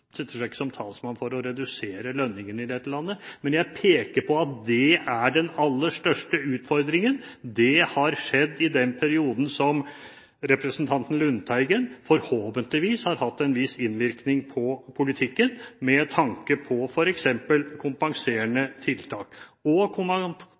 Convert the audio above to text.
setter seg ikke som talsmann for å redusere lønningene i dette landet, men jeg peker på at det er den aller største utfordringen. Det har skjedd i den perioden representanten Lundteigen – forhåpentligvis – har hatt en viss innvirkning på politikken med tanke på f.eks. kompenserende